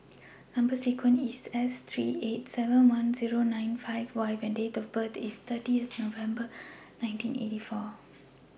Number sequence IS S three eight seven one Zero nine five Y and Date of birth IS thirty November nineteen eighty four